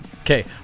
okay